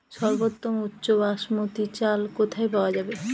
সর্বোওম উচ্চ বাসমতী চাল কোথায় পওয়া যাবে?